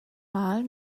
mal